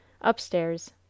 Upstairs